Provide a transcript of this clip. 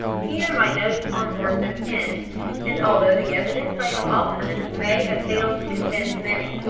here my notes on horses end and although the evidence i have offered may have failed to convince many,